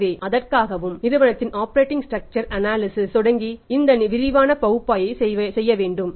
எனவே அதற்காகவும் நிறுவனத்தின் ஆப்பரேட்டிங் ஸ்ட்ரக்சர் அனாலிசிஸ் லிருந்து தொடங்கி இந்த விரிவான பகுப்பாய்வையும் செய்ய வேண்டும்